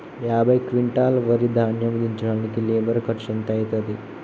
యాభై క్వింటాల్ వరి ధాన్యము దించడానికి లేబర్ ఖర్చు ఎంత అయితది?